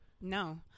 No